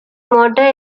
motor